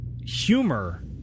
humor